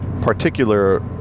particular